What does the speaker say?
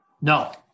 No